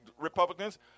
Republicans